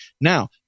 now